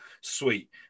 sweet